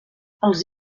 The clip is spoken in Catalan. els